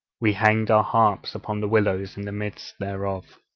we hanged our harps upon the willows in the midst thereof.